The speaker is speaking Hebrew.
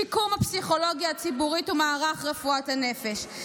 שיקום הפסיכולוגיה הציבורית ומערך רפואת הנפש,